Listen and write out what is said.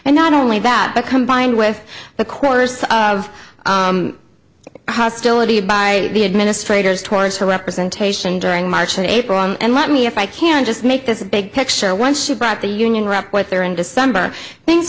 and not only that but combined with the course of hostility by the administrators towards her representation during march and april and let me if i can just make this big picture once she brought the union rep what they were in december things